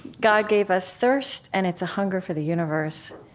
god gave us thirst, and it's a hunger for the universe.